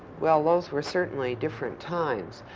well, those were certainly different times.